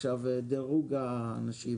דירוג האנשים